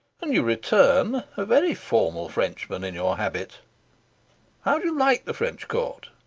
and you return a very formal frenchman in your habit how do you like the french court?